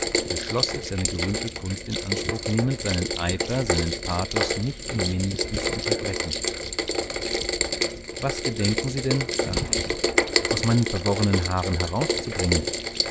beschloß ich seine gerühmte kunst in anspruch nehmend seinen eifer seinen pathos nicht im mindesten zu unterbrechen was gedenken sie denn sagte ich aus meinen verworrenen haaren herauszubringen